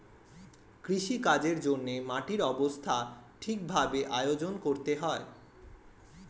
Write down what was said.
কৃষিকাজের জন্যে মাটির অবস্থা ঠিক ভাবে আয়োজন করতে হয়